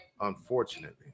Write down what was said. unfortunately